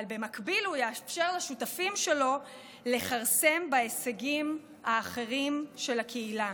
אבל במקביל הוא יאפשר לשותפים שלו לכרסם בהישגים האחרים של הקהילה.